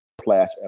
slash